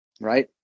Right